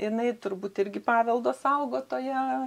jinai turbūt irgi paveldo saugotoja